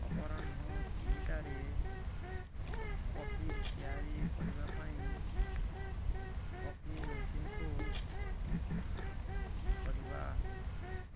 ଅପରାହ୍ଣ ତିନିଟାରେ କଫି ତିଆରି କରିବା ପାଇଁ କଫି ମେସିନ୍କୁ କରିବା